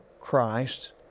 Christ